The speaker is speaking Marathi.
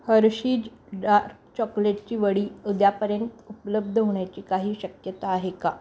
हर्षीज डार्क चॉकलेटची वडी उद्यापर्यंत उपलब्ध होण्याची काही शक्यता आहे का